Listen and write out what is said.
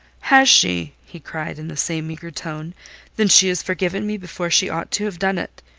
has she? he cried, in the same eager tone then she has forgiven me before she ought to have done it.